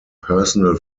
personal